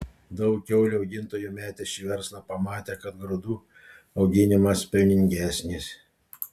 daug kiaulių augintojų metė šį verslą pamatę kad grūdų auginimas pelningesnis